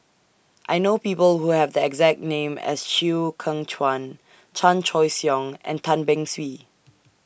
I know People Who Have The exact name as Chew Kheng Chuan Chan Choy Siong and Tan Beng Swee